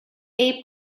abe